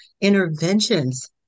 interventions